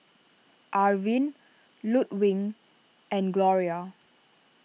Arvin Ludwig and Gloria